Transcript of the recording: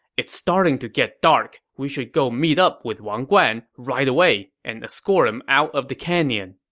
it's starting to get dark, we should go meet up with wang guan right away and escort him out of the canyon.